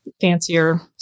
fancier